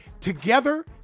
together